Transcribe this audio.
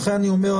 לכן אני אומר,